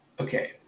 Okay